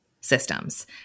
systems